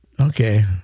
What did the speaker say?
okay